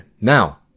Now